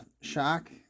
shock